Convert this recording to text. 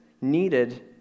needed